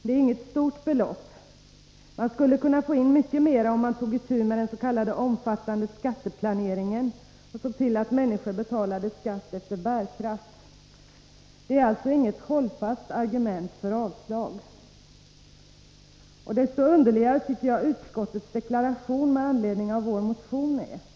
Det är inget stort belopp. Man skulle kunna få in mycket mera, om man tog itu med den omfattande skatteplaneringen och såg till att alla människor betalade skatt efter bärkraft. Det skäl som man angivit är alltså inget hållfast argument för avslag. Desto underligare tycker jag att utskottets deklaration med anledning av vår motion är.